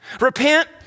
Repent